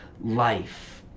life